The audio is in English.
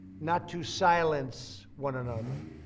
not to silence one another.